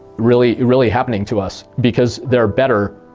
really really happening to us, because they are better